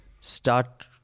start